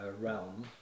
realm